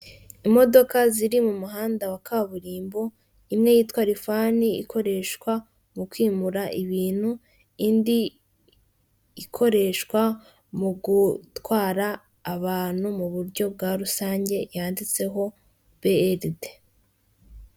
Imodoka ziri mu muhanda wa kaburimbo imwe yitwa lifani ikoreshwa mu kwimura ibintu, indi ikoreshwa mu gutwara abantu mu buryo bwa rusange yanditseho beride.